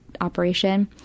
operation